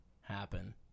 happen